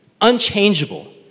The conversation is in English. unchangeable